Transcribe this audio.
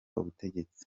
ubutegetsi